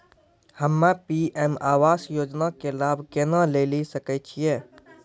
हम्मे पी.एम आवास योजना के लाभ केना लेली सकै छियै?